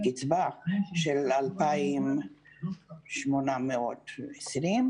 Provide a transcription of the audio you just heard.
קצבה של 2,820 שקלים,